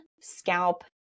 scalp